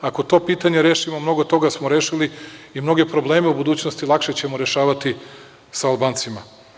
Ako to pitanje rešimo, mnogo toga smo rešili i mnoge probleme u budućnosti lakše ćemo rešavati sa Albancima.